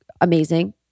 Amazing